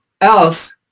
else